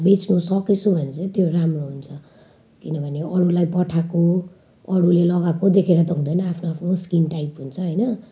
बेच्नु सकेछु भने चाहिँ त्यो राम्रो हुन्छ किनभने अरूलाई पठाएको अरूले लगाएको देखेर त हुँदैन आफ्नो आफ्नो स्किन टाइप हुन्छ होइन